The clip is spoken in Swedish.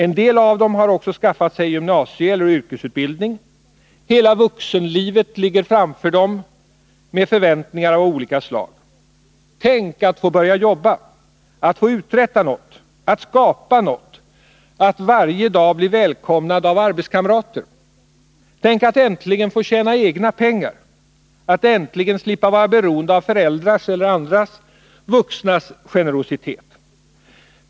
En del av dem har också skaffat sig gymnasieeller yrkesutbildning. Hela vuxenlivet ligger framför dem, med förväntningar av olika slag: Tänk att få börja jobba, att få uträtta något, att skapa något, att varje dag bli välkomnad av arbetskamrater. Tänk att äntligen få tjäna egna pengar, att äntligen slippa vara beroende av föräldrars eller andra vuxnas generositet.